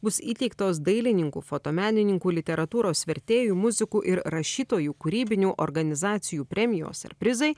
bus įteiktos dailininkų fotomenininkų literatūros vertėjų muzikų ir rašytojų kūrybinių organizacijų premijos ir prizai